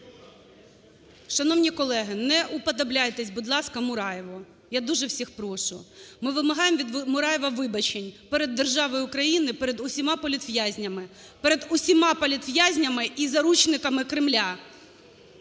Шановні колеги, не уподобляйтесь, будь ласка, Мураєву, я дуже всіх прошу! Ми вимагаємо від Мураєва вибачень перед державою Україна, перед усіма політв'язнями, перед усіма політв'язнями і заручниками Кремля.